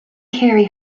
carey